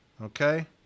okay